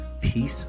Peace